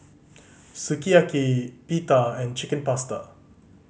Sukiyaki Pita and Chicken Pasta